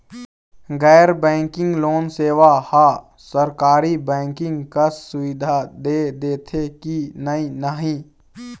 गैर banking loan सेवा हा सरकारी बैंकिंग कस सुविधा दे देथे कि नई नहीं?